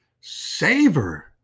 Savor